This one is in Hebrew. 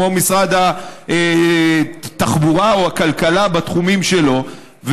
כמו משרד התחבורה או הכלכלה בתחומים שלו,